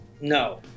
No